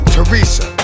Teresa